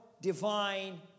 divine